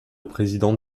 président